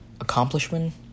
Accomplishment